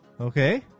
okay